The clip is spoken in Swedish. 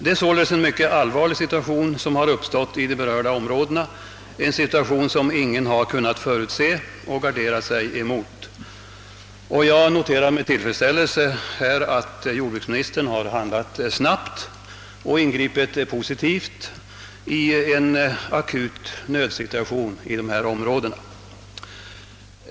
Det är sålunda en mycket allvarlig situation som uppstått i de berörda områdena, en situation som ingen har kunnat förutse och gardera sig emot. Jag noterar nu med tillfredsställelse att jordbruksministern har handlat snabbt och ingripit med positiva åtgärder i en akut nödsituation i de nämnda områdena.